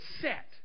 set